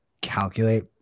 calculate